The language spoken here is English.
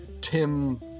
Tim